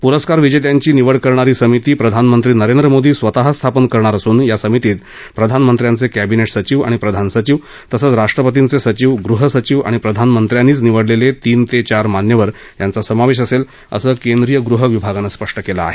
पुरस्कार विजेत्यांची निवड करणारी समिती स्वतः प्रधानमंत्री नरेंद्र मोदी स्वतः स्थापन करणार असून या समितीत प्रधानमंत्र्यांचे कॅबिनेट सचिव आणि प्रधान सचिव तसंच राष्ट्रपतींचे सचिव गृहसचिव आणि प्रधानमंत्र्यांनीच निवडलेले तीन ते चार मान्यवर यांचा समावेश असेल असं केंद्रीय गृह विभागानं स्पष्ट केलं आहे